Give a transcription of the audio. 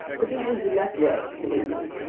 but it would be less work to believe me.